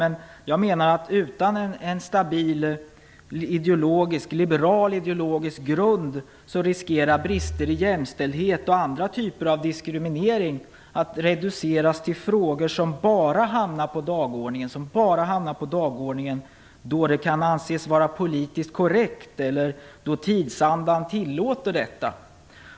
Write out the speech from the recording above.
Men jag menar att utan en stabil, liberal ideologisk grund riskerar brister i jämställdhet och andra typer av diskriminering att reduceras till frågor som bara hamnar på dagordningen då det kan anses vara politiskt korrekt eller då tidsandan tillåter detta.